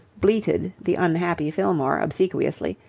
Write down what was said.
bleated the unhappy fillmore, obsequiously.